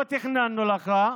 לא תכננו לך,